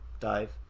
dive